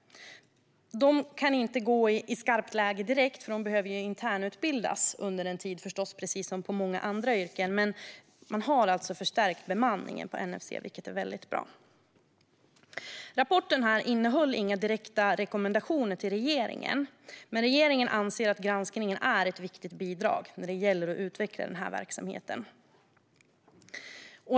Dessa personer kan inte gå i skarpt läge direkt, eftersom de behöver internutbildas under en tid precis som sker inom många andra yrken. Men man har alltså förstärkt bemanningen på NFC, vilket är väldigt bra. Rapporten innehöll inga direkta rekommendationer till regeringen, men regeringen anser att granskningen är ett viktigt bidrag när det gäller att utveckla denna verksamhet.